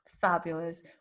Fabulous